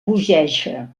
bogeja